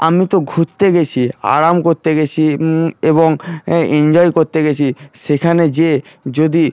আমি তো ঘুরতে গিয়েছি আরাম করতে গিয়েছি এবং এ এনজয় করতে গিয়েছি সেখানে গিয়ে যদি